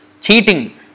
Cheating